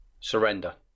Surrender